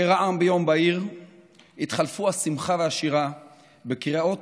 כרעם ביום בהיר התחלפו השמחה והשירה בקריאות